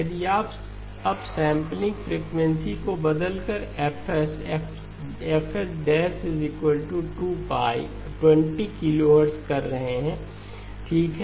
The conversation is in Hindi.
यदि आप अब सेंपलिंग फ्रिकवेंसी को बदलकर fs fs 20 किलोहर्ट्ज़ कर रहे हैं ठीक है